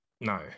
No